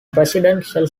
presidential